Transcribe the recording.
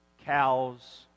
cows